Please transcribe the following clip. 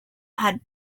had